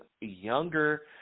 younger